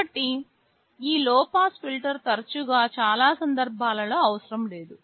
కాబట్టి ఈ low pass filter తరచుగా చాలా సందర్భాలలో అవసరం లేదు